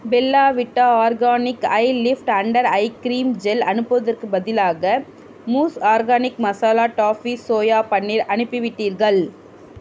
Bella Vita organic eye lift under eye cream gel அனுப்புவதற்குப் பதிலாக mousse organic masala toffee soya paneer அனுப்பிவிட்டீர்கள்